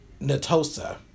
Natosa